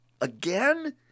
Again